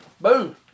Boom